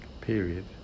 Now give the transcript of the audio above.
period